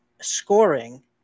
scoring